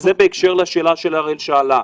וזה בקשר לשאלה שאראל שאלה,